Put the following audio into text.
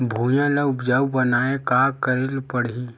भुइयां ल उपजाऊ बनाये का करे ल पड़ही?